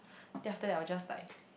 then after that I was just like